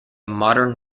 modern